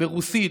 ברוסית,